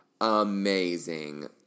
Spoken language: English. amazing